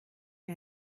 wie